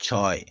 ছয়